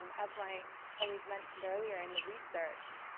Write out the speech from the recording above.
as my colleague mentioned earlier in the research,